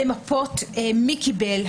למפות מי קיבל,